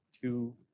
two